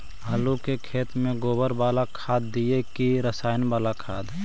आलू के खेत में गोबर बाला खाद दियै की रसायन बाला खाद?